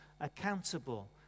accountable